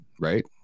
right